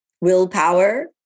willpower